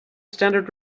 standard